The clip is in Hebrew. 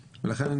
לכן,